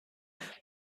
there